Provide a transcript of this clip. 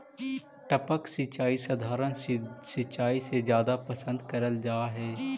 टपक सिंचाई सधारण सिंचाई से जादा पसंद करल जा हे